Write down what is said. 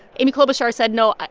amy klobuchar said, no. ah